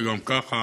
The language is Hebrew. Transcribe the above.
כי גם ככה